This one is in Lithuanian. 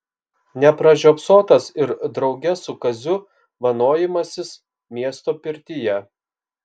nepražiopsotas ir drauge su kaziu vanojimasis miesto pirtyje